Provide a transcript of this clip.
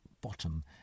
bottom